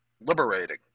liberating